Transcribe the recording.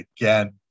again